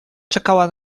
czekała